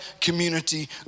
community